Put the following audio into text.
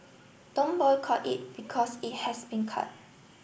don't boycott it because it has been cut